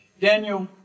Daniel